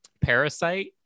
Parasite